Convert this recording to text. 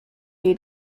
jej